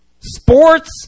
sports